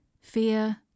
fear